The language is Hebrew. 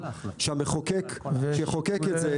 שהמחוקק שחוקק את זה